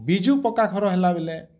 ବିଜୁ ପକ୍କା ଘର ହେଲାବେଲେ